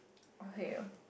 okay